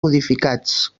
modificats